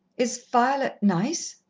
is violet nice?